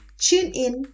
TuneIn